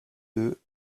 deux